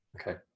okay